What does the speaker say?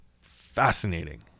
fascinating